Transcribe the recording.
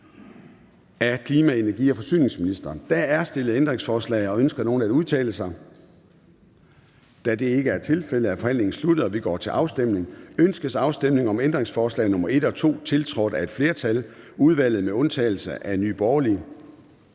Der er stillet ændringsforslag. Ønsker nogen at udtale sig? Da det ikke er tilfældet, er forhandlingen sluttet, og vi går til afstemning. Kl. 13:05 Afstemning Formanden (Søren Gade): Ønskes afstemning om ændringsforslag nr. 1 og 2, tiltrådt af et flertal (udvalget med undtagelse af EL og